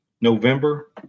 November